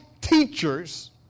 teachers